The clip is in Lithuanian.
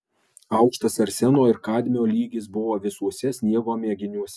aukštas arseno ir kadmio lygis buvo visuose sniego mėginiuose